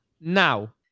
Now